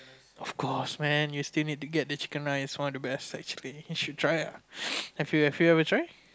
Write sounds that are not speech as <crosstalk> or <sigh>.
of course man you still need to get the chicken rice one of the best actually you should try ah <noise> have you have you ever try